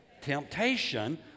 temptation